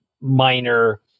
minor